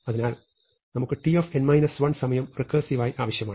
അതിനാൽ നമുക്ക് t സമയം റെക്കേർസിവായി ആവശ്യമാണ്